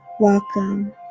welcome